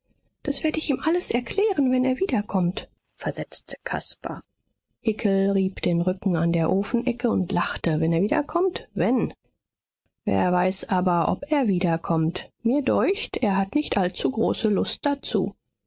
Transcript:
das werd ich ihm alles erklären wenn er wiederkommt versetzte caspar hickel rieb den rücken an der ofenecke und lachte wenn er wiederkommt wenn wer weiß aber ob er wiederkommt mir deucht er hat nicht allzu große lust dazu